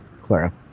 Clara